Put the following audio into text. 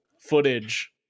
footage